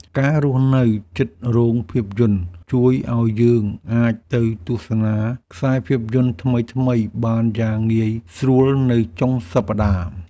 ការរស់នៅជិតរោងភាពយន្តជួយឱ្យយើងអាចទៅទស្សនាខ្សែភាពយន្តថ្មីៗបានយ៉ាងងាយស្រួលនៅចុងសប្តាហ៍។